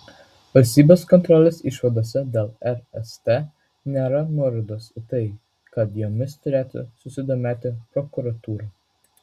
valstybės kontrolės išvadose dėl rst nėra nuorodos į tai kad jomis turėtų susidomėti prokuratūra